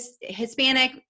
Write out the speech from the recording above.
Hispanic